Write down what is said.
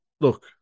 Look